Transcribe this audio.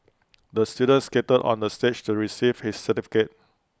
the student skated on the stage to receive his certificate